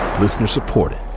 Listener-supported